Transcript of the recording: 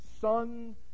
Son